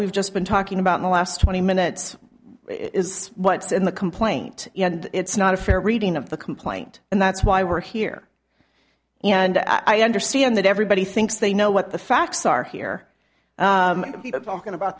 we've just been talking about the last twenty minutes is what's in the complaint and it's not a fair reading of the complaint and that's why we're here and i understand that everybody thinks they know what the facts are here the people talking about